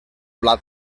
blat